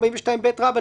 שזה כל סעיפי 42ג רבא,